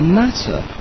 matter